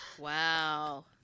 Wow